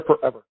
forever